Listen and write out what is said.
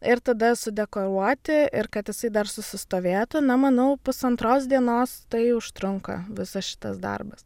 ir tada sudekoruoti ir kad jisai dar susistovėtų na manau pusantros dienos tai užtrunka visas šitas darbas